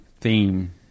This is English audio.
theme